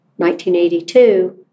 1982